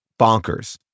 bonkers